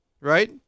right